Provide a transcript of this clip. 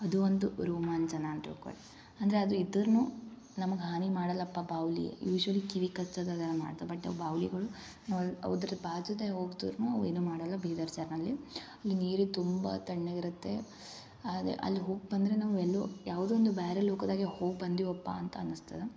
ಅದು ಒಂದು ರೋಮಾಂಚನ ಅಂದು ತಿಳ್ಕೋರಿ ಅಂದರೆ ಅದು ಇದ್ರು ನಮಗೆ ಹಾನಿ ಮಾಡಲ್ಲಪ್ಪ ಬಾವಲಿ ಯೂಸ್ಯೂಲಿ ಕಿವಿ ಕಚ್ಚೋದು ಅದೆಲ್ಲ ಮಾಡ್ತಾವೆ ಬಟ್ ಬಾವಲಿಗಳು ಅವ್ರದು ಬಾಜು ಹೊಗಿದ್ರು ಅವು ಏನು ಮಾಡೋಲ್ಲ ಬೀದರ್ ಜರ್ನಲ್ಲಿ ಅಲ್ಲಿ ನೀರು ತುಂಬ ತಣ್ಣಗಿರುತ್ತೆ ಆದರೆ ಅಲ್ಲಿ ಹೋಗಿಬಂದ್ರೆ ನಾವು ಎಲ್ಲು ಯಾವುದೋ ಒಂದು ಬೇರೆ ಲೋಕದಾಗೆ ಹೋಗಿ ಬಂದಿವಪ್ಪ ಅಂತ ಅನಸ್ತದೆ